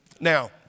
Now